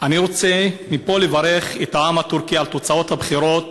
אני רוצה מפה לברך את העם הטורקי על תוצאות הבחירות